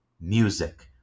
music